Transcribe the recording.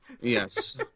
Yes